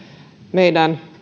meidän